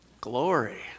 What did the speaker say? Glory